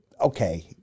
okay